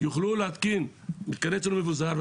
יוכלו להתקין מתקני ציוד מבוזר,